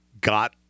got